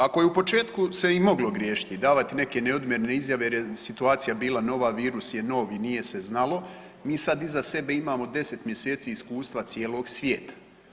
Ako je u početku se i moglo griješiti, davati neke neodmjerene izjave jer je situacija bila nova, virus je nov i nije se znalo, mi sad iza sebe imamo 10 mjeseci iskustva cijelog svijeta.